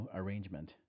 arrangement